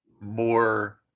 more